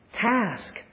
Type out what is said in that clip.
task